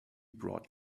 brought